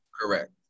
Correct